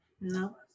No